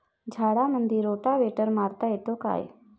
झाडामंदी रोटावेटर मारता येतो काय?